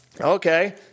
Okay